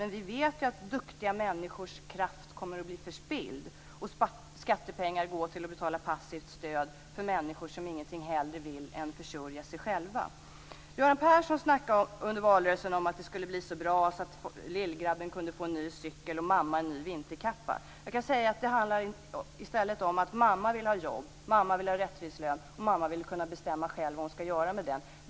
Men vi vet ju att duktiga människors kraft kommer att förspillas och att skattepengar går åt till att betala passivt stöd till människor som ingenting hellre vill än att försörja sig själva. Göran Persson snackade under valrörelsen om att det skulle bli så bra och att lillgrabben kunde få en ny cykel och mamma en ny vinterkappa. Jag kan säga att det handlar i stället om att mamma vill ha jobb, att mamma vill ha rättvis lön och att mamma själv vill kunna bestämma vad hon skall göra med den.